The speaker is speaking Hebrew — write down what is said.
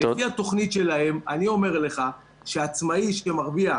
לפי התוכנית שלהם, אני אומר לך שעצמאי שמרוויח